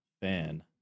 fan